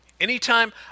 Anytime